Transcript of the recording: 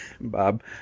Bob